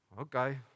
Okay